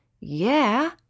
Yeah